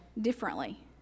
differently